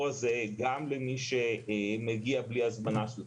הזה גם למי שמגיע בלי הזמנה של תור,